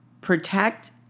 Protect